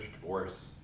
divorce